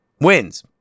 wins